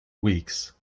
weeks